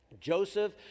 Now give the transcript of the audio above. Joseph